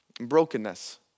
brokenness